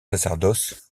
sacerdoce